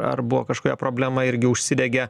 ar buvo kažkokia problema irgi užsidegė